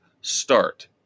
start